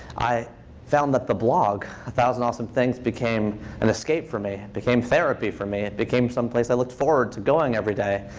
i found that the blog, one thousand awesome things, became an escape for me, became therapy for me. it became some place i looked forward to going every day.